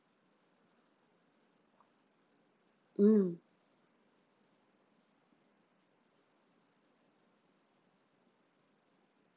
mm